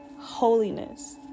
holiness